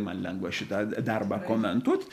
man lengva šitą darbą komentuot